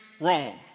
wrong